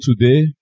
today